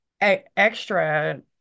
extra